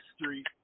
street